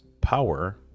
power